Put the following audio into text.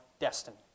destiny